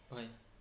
why